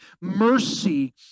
mercy